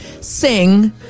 sing